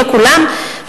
לא כולם,